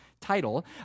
title